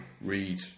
read